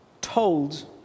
told